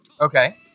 Okay